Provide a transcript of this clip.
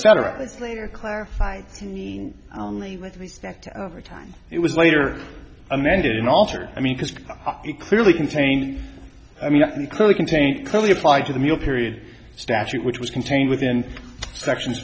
etc clarified with respect to overtime it was later amended in altered i mean because it clearly contained i mean clearly contained clearly applied to the meal period statute which was contained within sections